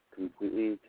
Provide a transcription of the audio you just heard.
completely